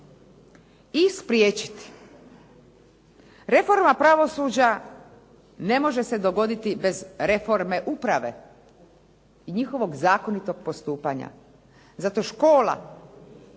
i spriječiti. Reforma pravosuđa ne može se dogoditi bez reforme uprave i njihovog zakonitog postupanja. Zato škola